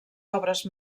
obres